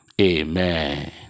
Amen